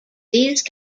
these